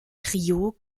trio